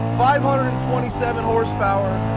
five hundred and twenty seven horsepower,